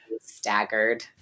staggered